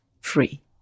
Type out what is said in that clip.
free